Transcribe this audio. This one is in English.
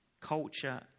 culture